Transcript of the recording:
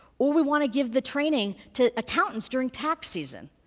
or we want to give the training to accountants during tax season.